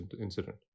incident